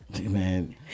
man